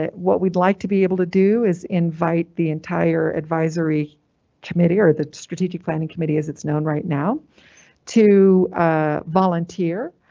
ah what we'd like to be able to do is invite the entire advisory committee or the strategic planning committee as it's known right now to ah volunteer.